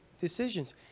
decisions